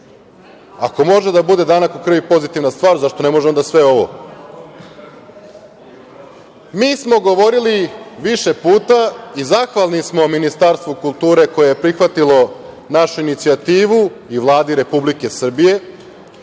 Ako može da bude „danak u krvi“ pozitivna stvar, zašto ne može onda sve ovo? Mi smo govorili više puta i zahvalni smo Ministarstvu kulture koje je prihvatilo našu inicijativu i Vladi Republike Srbije